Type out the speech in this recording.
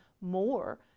more